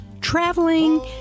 traveling